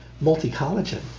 Multi-collagen